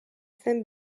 zen